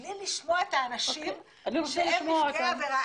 בלי לשמוע את האנשים שהם נפגעי העבירה?